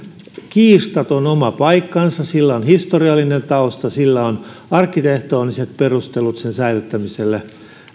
kiistaton oma paikkansa sillä on historiallinen tausta on arkkitehtoniset perustelut sen säilyttämiselle